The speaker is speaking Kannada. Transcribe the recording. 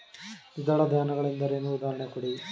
ದ್ವಿದಳ ಧಾನ್ಯ ಗಳೆಂದರೇನು, ಉದಾಹರಣೆ ಕೊಡಿ?